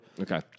Okay